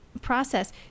process